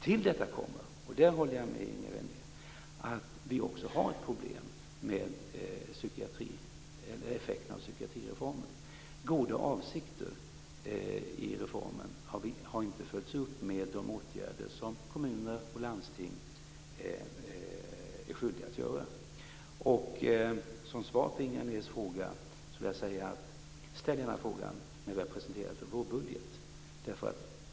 Till detta kommer, och där håller jag med Inger René, att vi också har ett problem med effekterna av psykiatrireformen. Goda avsikter har inte följts upp med de åtgärder som kommuner och landsting är skyldiga att genomföra. Som svar på Inger Renés fråga vill jag säga: Ställ gärna frågan när vi har presenterat vårbudgeten.